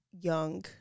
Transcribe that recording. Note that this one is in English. young